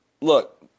Look